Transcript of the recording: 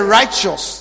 righteous